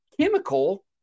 chemical